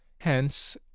hence